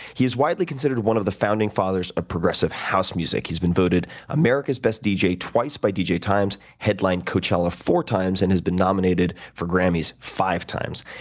he is widely considered one of the founding fathers of progressive house music. he's been voted america's best dj twice, by dj times, headlined coachella, four times and he's been nominated for grammy's, five times.